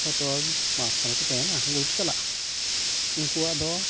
ᱦᱚᱭᱛᱳ ᱢᱟᱥ ᱠᱷᱟᱱᱮᱠ ᱠᱚ ᱛᱟᱦᱮᱮᱱᱟ ᱩᱱᱠᱩ ᱫᱚᱠᱚ ᱪᱟᱞᱟᱼᱟ ᱩᱱᱠᱩᱣᱟᱜ ᱫᱚ